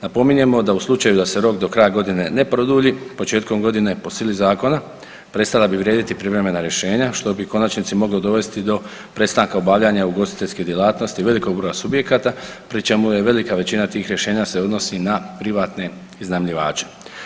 Napominjemo, da u slučaju da se rok do kraja godine ne produlji, početkom godine po sili zakona prestala bi vrijediti privremena rješenja što bi u konačnici moglo dovesti do prestanka obavljanja ugostiteljske djelatnosti velikog broja subjekata pri čemu je velika većina tih rješenja se odnosi na privatne iznajmljivače.